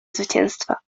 zwycięstwa